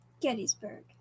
Gettysburg